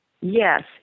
Yes